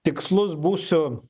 tikslus būsiu